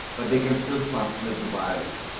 but they can still transmit the virus.